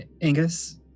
Angus